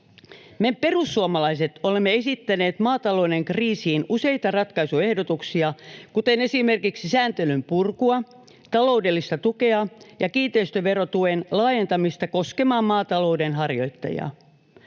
Me perussuomalaiset olemme esittäneet maatalouden kriisiin useita ratkaisuehdotuksia, kuten esimerkiksi sääntelyn purkua, taloudellista tukea ja kiinteistöverotuen laajentamista koskemaan maatalouden harjoittajia.